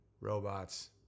Robots